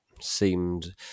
seemed